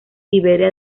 iberia